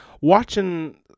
watching